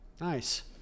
Nice